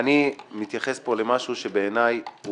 אני מתייחס פה למשהו שבעיניי הוא